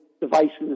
devices